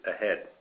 ahead